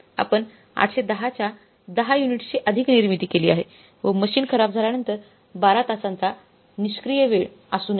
आपण 810 च्या 10 युनिट्सची अधिक निर्मिती केली आहे व मशीन खराब झाल्यांनतर12 तासांचा निष्क्रिय वेळ असूनही